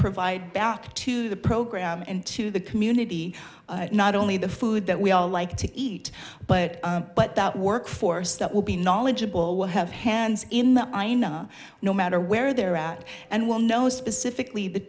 provide back to the program and to the community not only the food that we all like to eat but but that workforce that will be knowledgeable will have hands in the ajna no matter where they're at and we'll know specifically the